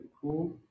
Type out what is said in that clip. cool